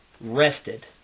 rested